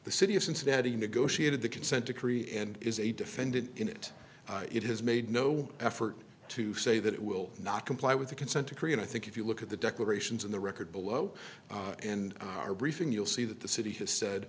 the city of cincinnati negotiated the consent decree and is a defendant in it it has made no effort to say that it will not comply with the consent decree and i think if you look at the declarations in the record below and our briefing you'll see that the city has said